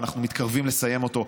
ואנחנו מתקרבים לסיים אותו.